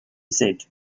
said